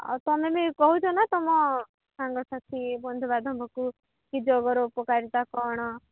ଆଉ ତୁମେ ବି କହୁଛ ନା ତୁମ ସାଙ୍ଗସାଥି ବନ୍ଧୁବାନ୍ଧବଙ୍କୁ କି ଯୋଗର ଉପକାରିତା କ'ଣ